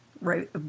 right